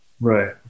Right